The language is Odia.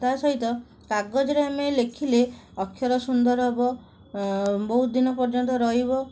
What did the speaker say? ତା'ସହିତ କାଗଜରେ ଆମେ ଲେଖିଲେ ଅକ୍ଷର ସୁନ୍ଦର ହବ ବହୁତ ଦିନ ପର୍ଯ୍ୟନ୍ତ ରହିବ